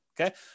Okay